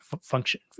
function